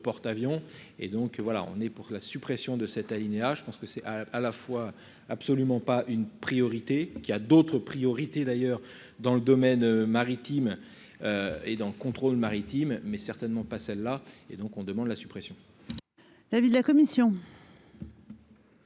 porte-avions et donc voilà, on est pour la suppression de cet alinéa. Je pense que c'est à la fois absolument pas une priorité qui a d'autres priorités, d'ailleurs dans le domaine maritime. Et d'un contrôle maritime mais certainement pas celle-là, et donc on demande la suppression.